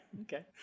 okay